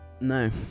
No